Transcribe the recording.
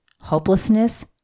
hopelessness